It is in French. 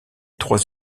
trois